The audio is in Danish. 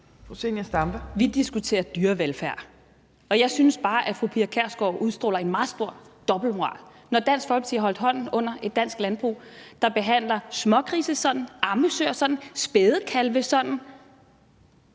Vi diskuterer dyrevelfærd. Jeg synes bare, at fru Pia Kjærsgaard udstråler en meget stor dobbeltmoral, når Dansk Folkeparti har holdt hånden over et dansk landbrug, der behandler smågrise sådan, ammesøer sådan, spædekalve sådan,